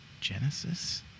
Genesis